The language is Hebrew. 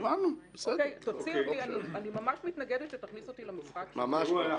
אני ממש מתנגדת שתכניס אותי למשחק --- ממש לא.